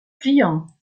pliants